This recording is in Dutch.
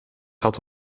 had